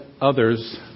others